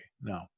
no